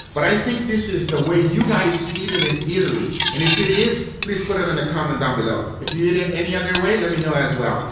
but i think this is the way you guys eat it in italy. and if it is please put it in a comment down below. if you did it any other way, let me know as well.